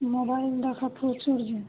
mobile দেখা প্রচুর যে